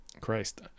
Christ